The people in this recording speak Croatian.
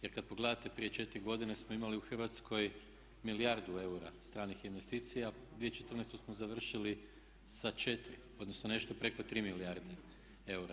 Jer kad pogledate prije 4 godine smo imali u Hrvatskoj milijardu eura stranih investicija, 2014. smo završili sa 4 odnosno nešto preko 3 milijarde eura.